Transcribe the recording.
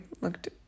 looked